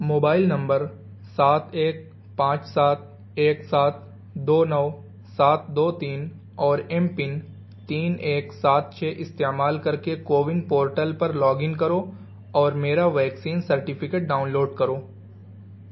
mobile number سات ایک پانچ سات ایک سات دو نو سات دو تین اور ایم پن تین ایک سات چھ استعمال کر کے کووِن پورٹل پر لاگ ان کرو اور میرا ویکسین سرٹیفکیٹ ڈاؤن لوڈ کرو